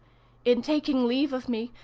in taking leave of me,